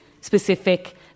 specific